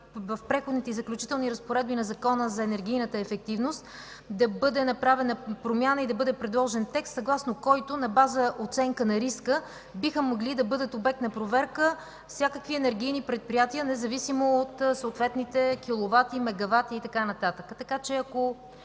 в Преходните и заключителни разпоредби на Закона за енергийната ефективност да бъде направена промяна и да бъде предложен текст, съгласно който на база оценка на риска биха могли да бъдат обект на проверка всякакви енергийни предприятия, независимо от съответните киловати, мегавати и така нататък,